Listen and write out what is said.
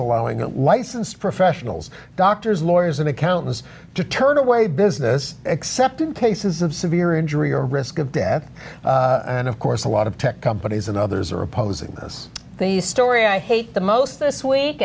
allowing licensed professionals doctors lawyers and accountants to turn away business except in cases of severe injury or risk of death and of course a lot of tech companies and others are opposing because the story i hate the most this week